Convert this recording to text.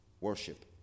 Worship